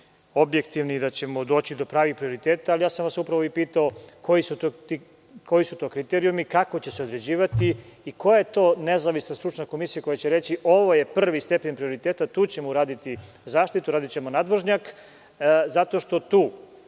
objektivni i da ćemo doći do pravnih prioriteta, ali ja sam vas upravo i pitao koji su to kriterijumi, kako će se određivati i koja je to nezavisna stručna komisija koja će reći – ovo je prvi stepen prioriteta tu ćemo uraditi zaštitu, uradićemo nadvožnjak, zato što tu